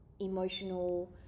emotional